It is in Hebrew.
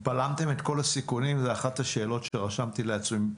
זה אחת השאלות שרשמתי לעצמי.